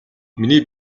миний